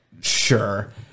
Sure